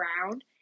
ground